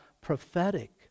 prophetic